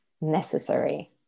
necessary